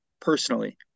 personally